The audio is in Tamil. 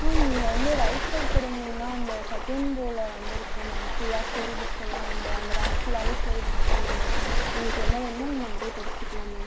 மேம் நீங்கள் வந்து ரைட் சைடு திரும்பினிங்கனா அந்த செகேண்ட் ரோவில் வந்து இருக்கும் மேம் ஃபுல்லா ஸ்டோரி புக்ஸெல்லாம் அந்த அந்த ராக் ஃபுல்லாகவே ஸ்டோரி புக்ஸ் தான் மேம் இருக்கும் உங்களுக்கு என்ன வேணுமோ நீங்கள் அங்கே போய் படிச்சிக்கலாம் மேம்